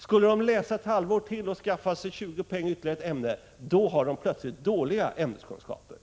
Men om de skulle läsa ett halvår till och skaffa sig 20 poäng i ytterligare ett ämne, har de dåliga ämneskunskaper.